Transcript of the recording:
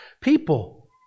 people